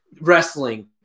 wrestling